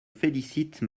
félicite